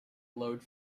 glowed